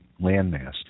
landmass